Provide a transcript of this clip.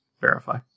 verify